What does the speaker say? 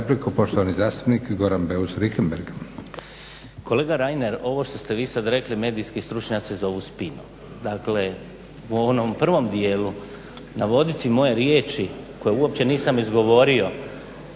Kolega Reiner, ovo što ste vi sad rekli medijski stručnjaci zovu spinom. Dakle, u onom prvom dijelu navoditi moje riječi koje uopće nisam izgovorio